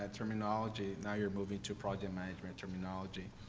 ah terminology, now you're moving to project management terminology.